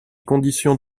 conditions